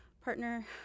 partner